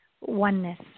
oneness